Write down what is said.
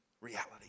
reality